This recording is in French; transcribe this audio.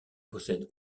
possède